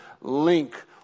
link